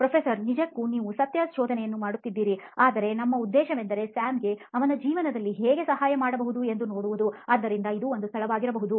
professor ನಿಜಕ್ಕೂ ನೀವು ಸತ್ಯ ಶೋಧನೆಯನ್ನು ಮಾಡುತ್ತಿದ್ದೀರಿ ಆದರೆ ನಮ್ಮ ಉದ್ದೇಶವೆಂದರೆ ಸ್ಯಾಮ್ಗೆ ಅವನ ಜೀವನದಲ್ಲಿ ಹೇಗೆ ಸಹಾಯ ಮಾಡಬಹುದು ಎಂದು ನೋಡುವುದುಆದ್ದರಿಂದ ಇದು ಒಂದು ಸ್ಥಳವಾಗಿರಬಹುದು